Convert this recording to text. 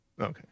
Okay